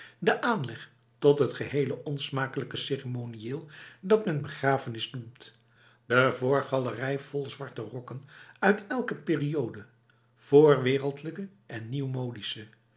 de aanleg tot het gehele onsmakelijke ceremonieel dat men begrafenis noemt de voorgalerij vol zwarte rokken uit elke periode voorwereldlijke en